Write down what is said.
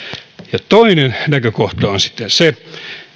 toinen näkökohta on sitten se